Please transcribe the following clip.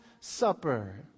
Supper